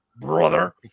Brother